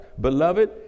Beloved